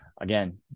again